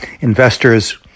investors